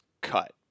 cut